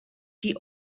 die